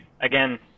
again